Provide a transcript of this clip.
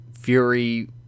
Fury